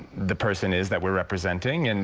the person is that we're representing and